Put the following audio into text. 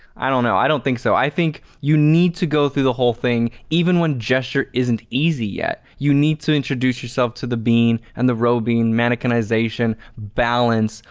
i don't know, i don't think so. i think you need to go through the whole thing even when gesture isn't easy yet, you need to introduce yourself to the bean and the robo bean mannequinization, balance.